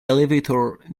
elevator